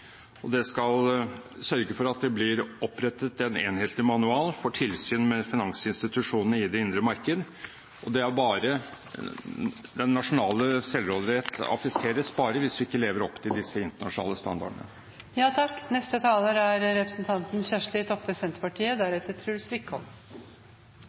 og det skal sørge for at det blir opprettet en enhetlig manual for tilsyn med finansinstitusjonene i det indre marked, og den nasjonale selvråderett affiseres bare hvis vi ikke lever opp til disse internasjonale standardene. I dag skal Stortinget gjera det som er